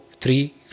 three